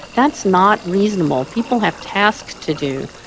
that's not reasonable. people have tasks to do.